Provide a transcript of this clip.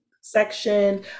section